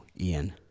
Ian